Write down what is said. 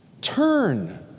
Turn